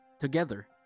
Together